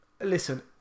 listen